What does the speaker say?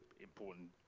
important